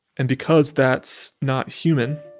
and because that's not human,